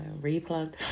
re-plug